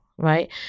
right